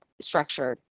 structured